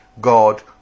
God